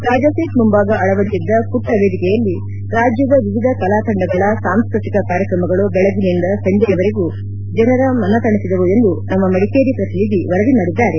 ರಾಜಾಸೀಟ್ ಮುಂಭಾಗ ಅಳವಡಿಸಿದ್ದ ಮಟ್ಟ ವೇದಿಕೆಯಲ್ಲಿ ರಾಜ್ಯದ ವಿವಿಧ ಕಲಾತಂಡಗಳ ಸಾಂಸ್ಕತಿಕ ಕಾರ್ಯತ್ರಮಗಳು ಬೆಳಗ್ಗಿನಿಂದ ಸಂಜೆಯವರೆಗೂ ಜನರ ಮನ ತಣಿಸಿದವು ಎಂದು ನಮ್ಮ ಮಡಿಕೇರಿ ಪ್ರತಿನಿಧಿ ವರದಿ ಮಾಡಿದ್ದಾರೆ